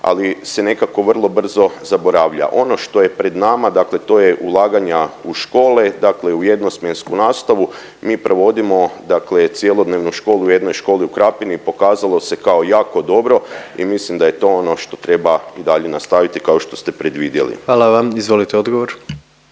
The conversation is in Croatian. ali se nekako vrlo brzo zaboravlja. Ono što je pred nama dakle to je ulaganja u škole, dakle u jednosmjensku nastavu. Mi provodimo dakle cjelodnevnu školu u jednoj školi u Krapini i pokazalo se kao jako dobro i mislim da je to ono što treba i dalje nastaviti kao što ste predvidjeli. **Jandroković, Gordan